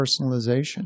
personalization